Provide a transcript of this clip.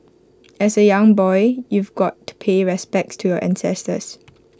as A young boy you've got to pay respects to your ancestors